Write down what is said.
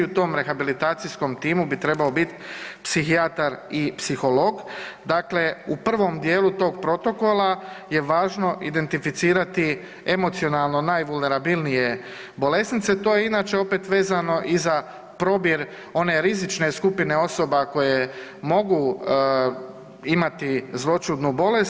U tom rehabilitacijskom timu bi trebao biti psihijatar i psiholog, dakle u prvom dijelu tog protokola je važno identificirati emocionalno najvunerabilnije bolesnice, to je inače opet vezano i za probir one rizične skupine osoba koje mogu imati zloćudnu bolest.